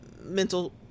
mental